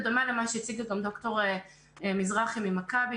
בדומה למה שהציגה ד"ר מזרחי מ"מכבי",